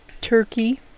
Turkey